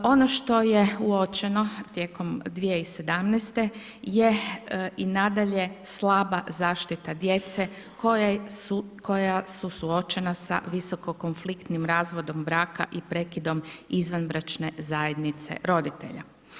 Ono što je uočeno tijekom 2017. je i nadalje slaba zaštita djece koja su suočena sa visoko konfliktnim razvodom braka i prekidom izvanbračne zajednice roditelja.